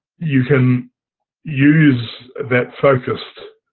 you can use that focused